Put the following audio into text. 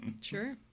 Sure